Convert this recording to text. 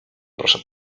proszę